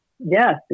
Yes